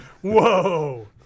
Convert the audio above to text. Whoa